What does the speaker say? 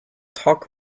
talk